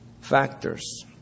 factors